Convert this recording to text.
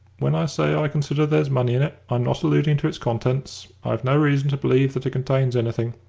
when i say i consider there's money in it, i'm not alluding to its contents. i've no reason to believe that it contains anything.